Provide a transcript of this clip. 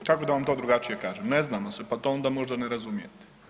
Kako da vam to drugačije kažem, ne znamo se pa to onda možda ne razumijete.